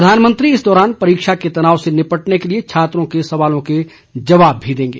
प्रधानमंत्री इस दौरान परीक्षा के तनाव से निपटने के लिए छात्रों के सवालों के जवाब भी देंगे